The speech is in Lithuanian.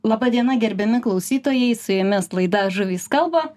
laba diena gerbiami klausytojai su jumis laida žuvys kalba